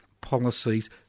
policies